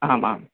आम् आम्